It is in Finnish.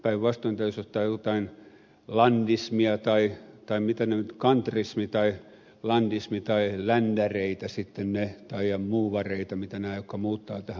päinvastoin täytyisi käyttää jotain landismia tai mitä se nyt on kantrismi tai landismi tai ländäreitä sitten tai muuvareita vai mitä nämä ovat jotka muuttavat tähän maahan